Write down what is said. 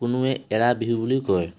কোনোৱে এৰা বিহু বুলিও কয়